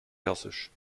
persisch